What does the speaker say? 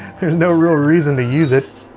there's no real reason to use it,